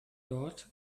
dort